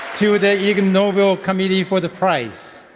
to the ig nobel committee for the prize.